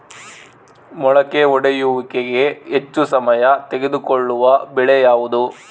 ಮೊಳಕೆ ಒಡೆಯುವಿಕೆಗೆ ಹೆಚ್ಚು ಸಮಯ ತೆಗೆದುಕೊಳ್ಳುವ ಬೆಳೆ ಯಾವುದು?